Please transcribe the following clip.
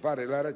parlamentari